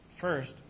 First